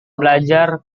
belajar